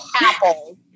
Apple